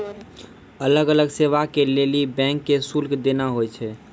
अलग अलग सेवा के लेली बैंक के शुल्क देना होय छै